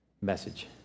message